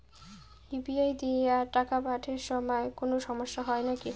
UPI দিয়া টাকা পাঠের সময় কোনো সমস্যা হয় নাকি?